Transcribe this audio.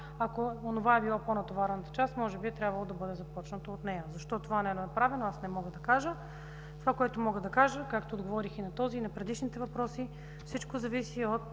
Щом онова е била по-натоварената част, може би е трябвало да бъде започнато от нея. Защо не е направено, не мога да кажа. Това, което мога да кажа, както отговорих на този и на предишните въпроси, е, че всичко зависи от